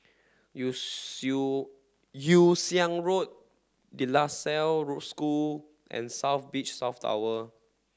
Yew Yew Siang Road De La Salle Road School and South Beach South Tower